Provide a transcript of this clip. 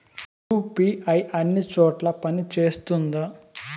UPI అన్ని చోట్ల పని సేస్తుందా?